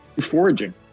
foraging